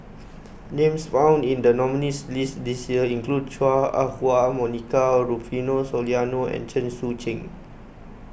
names found in the nominees' list this year include Chua Ah Huwa Monica Rufino Soliano and Chen Sucheng